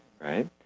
right